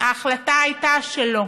ההחלטה הייתה שלא.